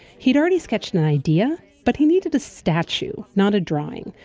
he'd already sketched an idea, but he needed a statue, not a drawing.